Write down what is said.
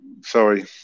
Sorry